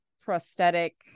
prosthetic